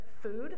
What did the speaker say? food